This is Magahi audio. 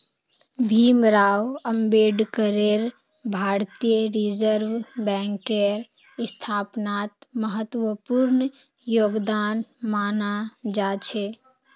भीमराव अम्बेडकरेर भारतीय रिजर्ब बैंकेर स्थापनात महत्वपूर्ण योगदान माना जा छे